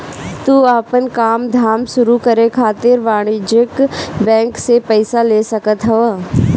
तू आपन काम धाम शुरू करे खातिर वाणिज्यिक बैंक से पईसा ले सकत हवअ